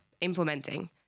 implementing